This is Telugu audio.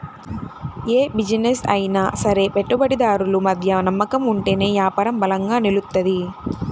యే బిజినెస్ అయినా సరే పెట్టుబడిదారులు మధ్య నమ్మకం ఉంటేనే యాపారం బలంగా నిలుత్తది